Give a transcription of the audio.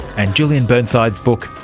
and julian burnside's book,